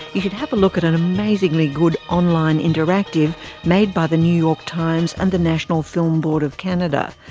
you should have a look at an amazingly good online interactive made by the new york times and the national film board of canada.